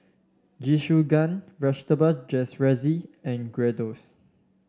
Jingisukan Vegetable Jalfrezi and